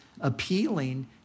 appealing